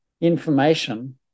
information